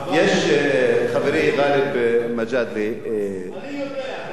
יש, חברי גאלב מג'אדלה, אני יודע.